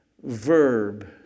verb